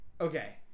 Okay